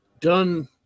done